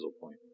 point